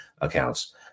accounts